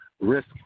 risk